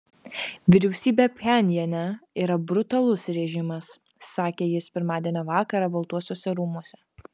vyriausybė pchenjane yra brutalus režimas sakė jis pirmadienio vakarą baltuosiuose rūmuose